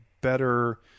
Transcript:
better